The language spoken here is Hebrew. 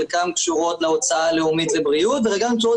חלקן קשורות להוצאה הלאומית לבריאות וחלקן קשורות